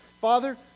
Father